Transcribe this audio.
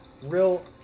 Real